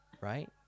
right